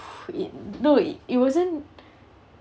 ya no it wasn't